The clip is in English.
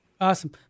Awesome